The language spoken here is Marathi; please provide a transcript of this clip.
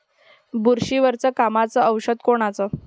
बुरशीवर कामाचं औषध कोनचं?